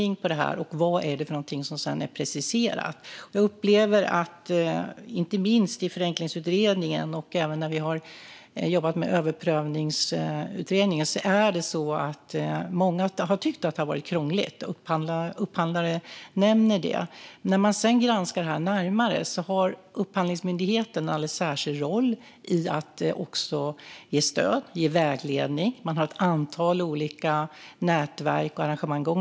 Jag upplever att många har tyckt att det har varit krångligt, inte minst i förenklingsutredningen och även när vi har jobbat med Överprövningsutredningen. Upphandlare nämner detta. När man granskar det närmare ser man att Upphandlingsmyndigheten har en alldeles särskild roll i att ge stöd och vägledning. De har ett antal olika nätverk och arrangemang.